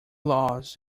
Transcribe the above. laws